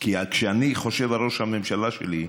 כי כשאני חושב על ראש הממשלה שלי,